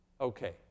Okay